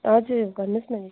हजुर भन्नुहोस् न